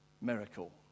miracle